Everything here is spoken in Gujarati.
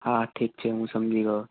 હા ઠીક છે હું સમજી ગયો